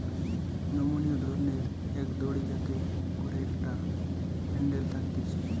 নমনীয় ধরণের এক দড়ি যাতে করে একটা হ্যান্ডেল থাকতিছে